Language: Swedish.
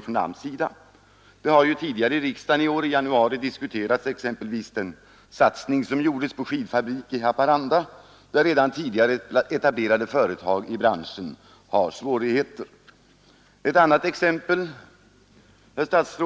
I januari i år diskuterade vi här i riksdagen den satsning som gjordes på en skidfabrik i Haparanda. I denna bransch har redan etablerade företag svårigheter. Ett annat exempel — det är